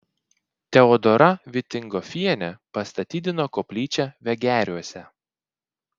teodora vitingofienė pastatydino koplyčią vegeriuose